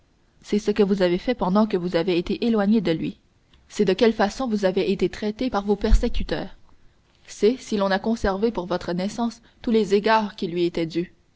c'est ce que vous avez fait pendant que vous avez été éloigné de lui c'est de quelle façon vous avez été traité par vos persécuteurs c'est si l'on a conservé pour votre naissance tous les égards qui lui étaient dus